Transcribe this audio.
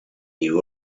new